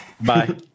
Bye